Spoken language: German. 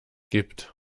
gibt